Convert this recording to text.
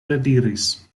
rediris